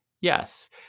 Yes